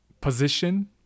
position